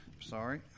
Sorry